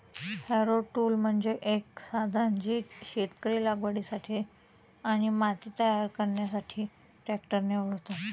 Harrow tool म्हणजे एक साधन जे शेतकरी लागवडीसाठी आणि माती तयार करण्यासाठी ट्रॅक्टरने ओढतात